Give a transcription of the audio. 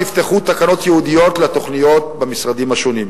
נפתחו תקנות ייעודיות לתוכניות במשרדים השונים.